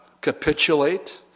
capitulate